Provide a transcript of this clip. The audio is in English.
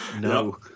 No